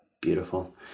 beautiful